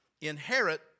Inherit